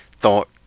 thought